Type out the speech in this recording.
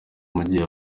mugihe